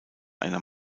einer